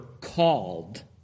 called